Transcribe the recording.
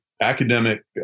academic